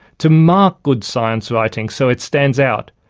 to mark good science writing so it stands out,